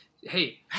Hey